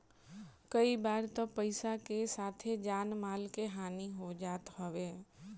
कई बार तअ पईसा के साथे जान माल के हानि हो जात हवे